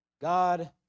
God